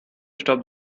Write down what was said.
stop